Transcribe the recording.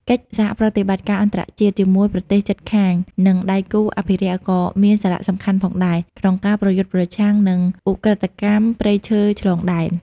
កិច្ចសហប្រតិបត្តិការអន្តរជាតិ ជាមួយប្រទេសជិតខាង និងដៃគូអភិរក្សក៏មានសារៈសំខាន់ផងដែរ ក្នុងការប្រយុទ្ធប្រឆាំងនឹងឧក្រិដ្ឋកម្មព្រៃឈើឆ្លងដែន។